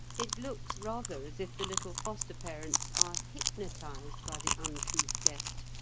it looks rather as if the little foster-parents are hypnotised by the uncouth guest,